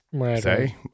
say